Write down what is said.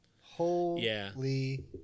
Holy